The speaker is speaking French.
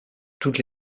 toutes